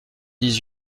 dix